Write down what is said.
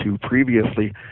previously